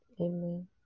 Amen